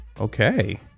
Okay